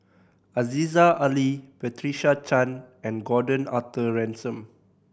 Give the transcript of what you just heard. Aziza Ali Patricia Chan and Gordon Arthur Ransome